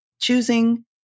choosing